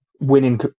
winning